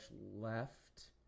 left